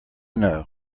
know